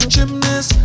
Gymnast